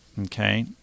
okay